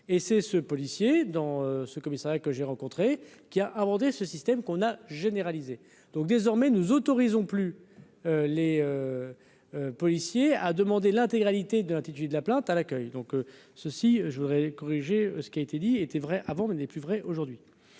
et c'est ce policier dans ce commissariat que j'ai rencontrés, qui a inventé ce système qu'on a généralisé, donc, désormais nous autorisons plus les policiers, a demandé l'intégralité de l'intitulé de la plainte à l'accueil, donc ceux-ci je voudrais corriger ce qui a été dit était vrai avant mais n'est plus vrai aujourd'hui.